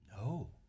No